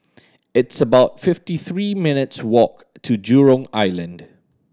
it's about fifty three minutes' walk to Jurong Island